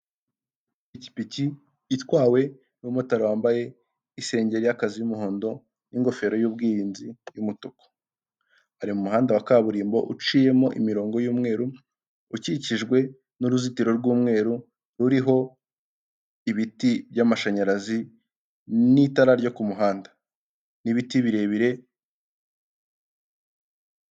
Ipikipiki itwawe n'umumotari wambaye isengeri y'akazi y'umuhondo n'ingofero y'ubwirinzi y'umutuku, ari mu umuhanda wa kaburimbo uciyemo imirongo y'umweru, ukikijwe n'uruzitiro rw'umweru ruriho ibiti by'amashanyarazi n'itara ryo ku muhanda n'ibiti birebire.